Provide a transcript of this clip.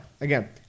again